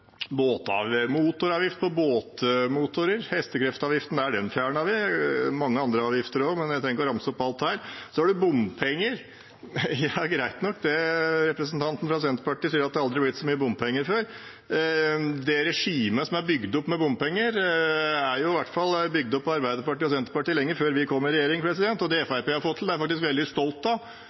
på båtmotorer, hestekraftavgiften, fjernet vi, og mange andre avgifter også, men jeg trenger ikke å ramse opp alt her. Så har vi bompenger. Det er greit nok, det – representanten fra Senterpartiet sier at det aldri har vært så mye bompenger. Det regimet som er bygd opp med bompenger, er i hvert fall bygd opp av Arbeiderpartiet og Senterpartiet lenge før vi kom i regjering, og det Fremskrittspartiet har fått til, er jeg faktisk veldig stolt av.